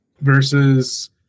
Versus